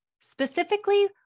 Specifically